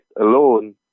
alone